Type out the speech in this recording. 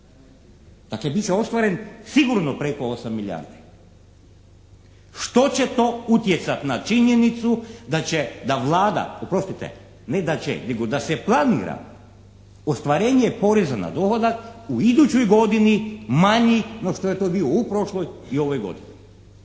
Dakle, bit će ostvaren sigurno preko 8 milijardi. Što će to utjecat na činjenicu da će Vlada, oprostite ne da će nego da se planira ostvarenje poreza na dohodak u idućoj godini manji no što je to bio u prošloj i ovoj godini.